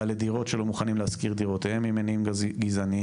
בעלי דירות שלא מוכנים להשכיר דירותיהם ממניעים גזעניים,